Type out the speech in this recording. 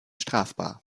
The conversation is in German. strafbar